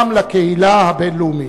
גם לקהילה הבין-לאומית.